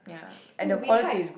oh we tried